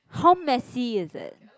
how messy is it